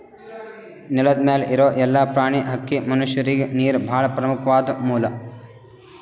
ನೆಲದ್ ಮ್ಯಾಲ್ ಇರೋ ಎಲ್ಲಾ ಪ್ರಾಣಿ, ಹಕ್ಕಿ, ಮನಷ್ಯರಿಗ್ ನೀರ್ ಭಾಳ್ ಪ್ರಮುಖ್ವಾದ್ ಮೂಲ